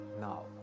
now